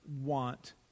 want